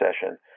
session